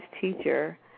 teacher